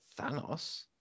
Thanos